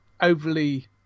overly